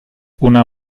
una